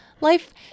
life